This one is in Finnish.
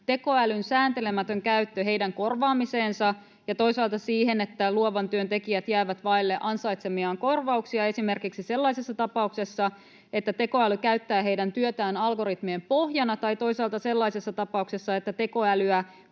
tekoälyn sääntelemätön käyttö heidän korvaamiseensa ja toisaalta siihen, että luovan työn tekijät jäävät vaille ansaitsemiaan korvauksia esimerkiksi sellaisessa tapauksessa, että tekoäly käyttää heidän työtään algoritmien pohjana, tai toisaalta sellaisessa tapauksessa, että tekoälyä